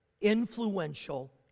influential